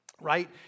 right